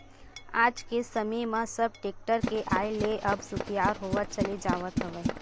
आज के समे म सब टेक्टर के आय ले अब सुखियार होवत चले जावत हवय